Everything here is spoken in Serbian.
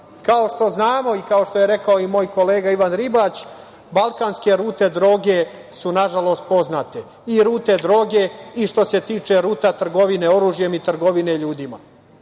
što znamo i kao što je rekao i moj kolega Ivan Ribać, balkanske rute droge su nažalost poznate, i rute droge, i što se tiče ruta trgovine oružjem i trgovine ljudima.